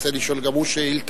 רוצה לשאול גם הוא שאילתא,